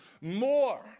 more